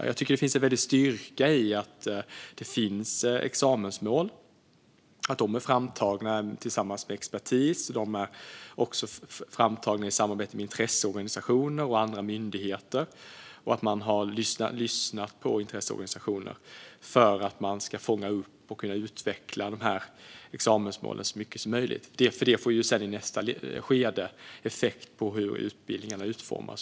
Jag tycker att det ligger en väldig styrka i att det finns examensmål som tagits fram tillsammans med expertis, intresseorganisationer och andra myndigheter och att man har lyssnat på intresseorganisationer för att kunna fånga upp synpunkter och utveckla examensmålen så mycket som möjligt. Detta får sedan i nästa skede effekt på hur utbildningarna utformas.